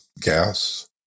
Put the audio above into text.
gas